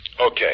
Okay